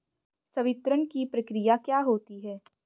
संवितरण की प्रक्रिया क्या होती है?